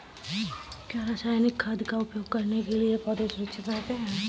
क्या रसायनिक खाद का उपयोग करने से पौधे सुरक्षित रहते हैं?